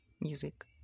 music